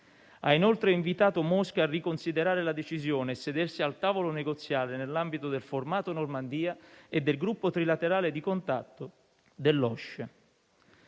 Ha inoltre invitato Mosca a riconsiderare la decisione e a sedersi al tavolo negoziale nell'ambito del formato Normandia e del gruppo trilaterale di contatto